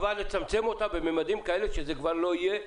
לצמצם את התופעה לממדים כאלה שזה כבר לא יהיה.